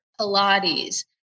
Pilates